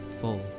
full